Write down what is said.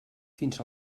fins